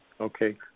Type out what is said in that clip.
Okay